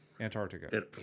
Antarctica